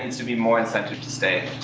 to be more incentive to stay,